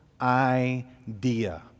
idea